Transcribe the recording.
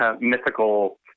mythical